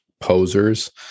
posers